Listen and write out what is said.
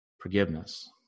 Forgiveness